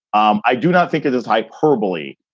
um i do not think it is hyperbole.